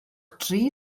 dri